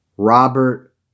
Robert